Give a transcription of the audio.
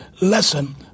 lesson